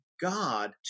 God